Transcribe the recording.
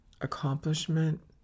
accomplishment